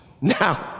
Now